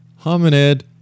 Hominid